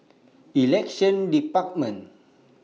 Elections department